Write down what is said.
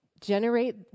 generate